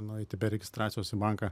nueiti be registracijos į banką